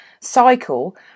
cycle